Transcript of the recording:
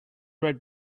right